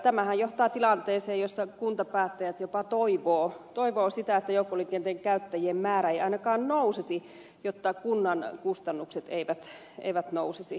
tämähän johtaa tilanteeseen jossa kuntapäättäjät jopa toivovat sitä että joukkoliikenteen käyttäjien määrä ei ainakaan nousisi jotta kunnan kustannukset eivät nousisi